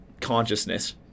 consciousness